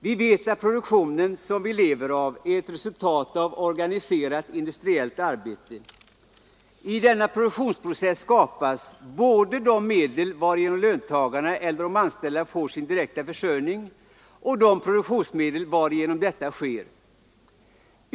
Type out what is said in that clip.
Vi vet att produktionen som vi lever av är ett resultat av organiserat industriellt arbete. I denna produktionsprocess skapas både de medel varigenom företagarna eller de anställda får sin direkta försörjning och de produktionsmedel varigenom detta sker.